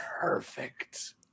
perfect